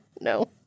no